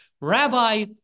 Rabbi